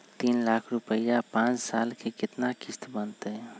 तीन लाख रुपया के पाँच साल के केतना किस्त बनतै?